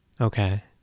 Okay